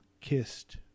kissed